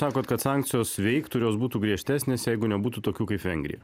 sakot kad sankcijos veiktų ir jos būtų griežtesnės jeigu nebūtų tokių kaip vengrija